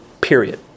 Period